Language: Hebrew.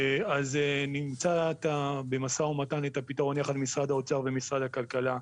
אז נמצא במשא ומתן את הפתרון ביחד עם משרד האוצר ומשרד הכלכלה.